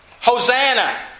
Hosanna